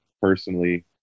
personally